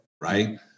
right